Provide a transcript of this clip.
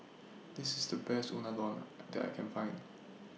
This IS The Best Unadon that I Can Find